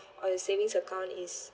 or your savings account is